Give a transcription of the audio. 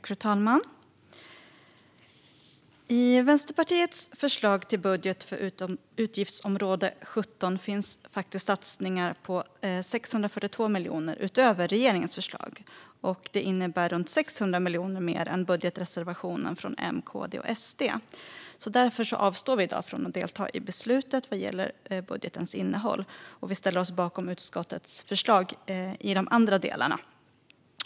Fru talman! I Vänsterpartiets förslag till budget för utgiftsområde 17 finns satsningar på 642 miljoner utöver regeringens förslag. Det innebär runt 600 miljoner mer än i budgeten från M, KD och SD. Därför avstår vi i dag från att delta i beslutet vad gäller budgetens innehåll och ställer oss bakom utskottets förslag i de andra delarna.